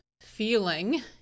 feeling